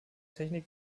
technik